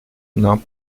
нам